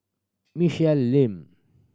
Michelle Lim